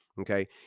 Okay